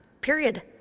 period